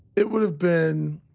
it would have been